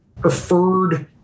preferred